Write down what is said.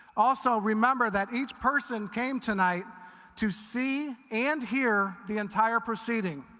also remember that each person came tonight to see and hear the entire proceeding.